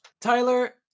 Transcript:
tyler